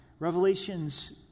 Revelations